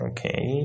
Okay